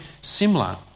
similar